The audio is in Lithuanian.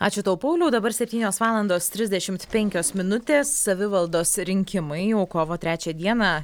ačiū tau pauliau dabar septynios valandos trisdešimt penkios minutės savivaldos rinkimai jau kovo trečią dieną